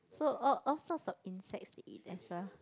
so all all sorts of insect to eat and serve